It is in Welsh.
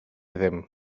ddim